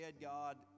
God